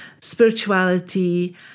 spirituality